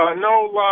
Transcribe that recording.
no